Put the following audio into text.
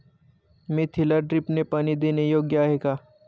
मेथीला ड्रिपने पाणी देणे योग्य आहे का?